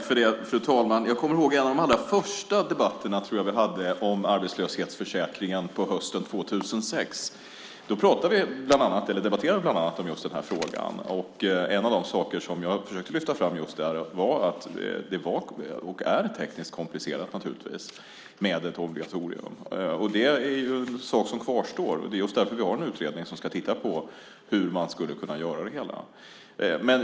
Fru talman! Jag kommer ihåg en av de allra första debatterna om arbetslöshetsförsäkringen hösten 2006. Då debatterade vi bland annat denna fråga. En av de saker som jag försökte lyfta fram var att det var och är tekniskt komplicerat med ett obligatorium. Det är en sak som kvarstår, och det är därför vi har en utredning som ska titta på hur det kan göras.